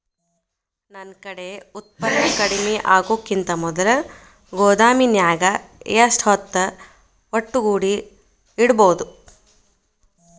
ನನ್ ಕಡೆ ಉತ್ಪನ್ನ ಕಡಿಮಿ ಆಗುಕಿಂತ ಮೊದಲ ಗೋದಾಮಿನ್ಯಾಗ ಎಷ್ಟ ಹೊತ್ತ ಒಟ್ಟುಗೂಡಿ ಇಡ್ಬೋದು?